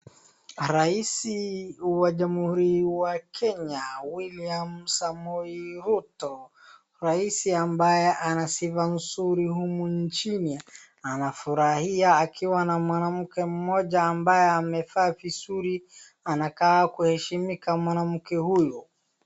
Rais wa jamhuri ya Kenya William Samoei Ruto, rais ambaye ana sifa mzuri humu nchini, anafurahia akiwa na mwanamke mmoja ambaye amevaa vizuri anaaka kuheshimika mwanamke huyu.